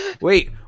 Wait